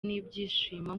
n’ibyishimo